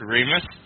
Remus